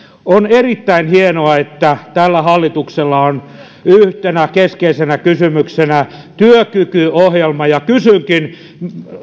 on erittäin hienoa että tällä hallituksella on yhtenä keskeisenä kysymyksenä työkykyohjelma ja kysynkin